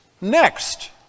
Next